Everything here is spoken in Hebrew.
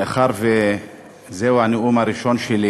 מאחר שזהו הנאום הראשון שלי